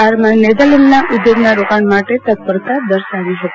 ચારમાં નેધરલેન્ડના ઉધોગોના રોકાણ માટે તત્પરતા દર્શાવી હતી